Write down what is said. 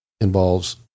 involves